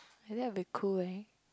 ya that will be cool eh